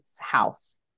house